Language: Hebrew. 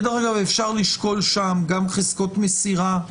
אפשר לשקול שם גם חזקות מסירה,